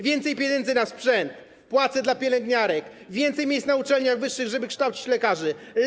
Więcej pieniędzy na sprzęt, płace dla pielęgniarek, więcej miejsc na uczelniach wyższych, żeby kształcić lekarzy.